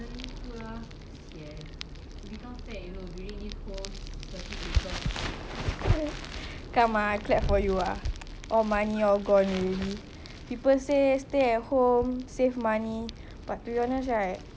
come I clap for you ah all money all gone already people say stay at home save money but to be honest right I think stay at home spent more eh you leh got spend a lot or not